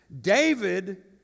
David